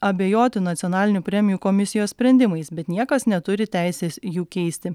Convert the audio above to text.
abejoti nacionalinių premijų komisijos sprendimais bet niekas neturi teisės jų keisti